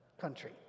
country